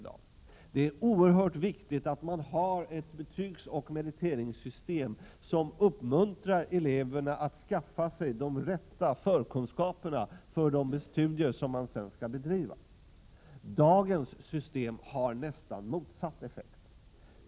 Det är oerhört viktigt att man har ett betygsoch meriteringssystem, som uppmuntrar eleverna att skaffa sig de rätta förkunskaperna för de studier som de senare skall bedriva. Dagens system har nästan motsatt effekt.